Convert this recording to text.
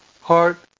heart